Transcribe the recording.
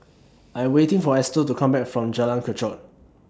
I'm waiting For Estel to Come Back from Jalan Kechot